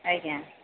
ଆଜ୍ଞା